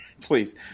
Please